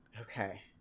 Okay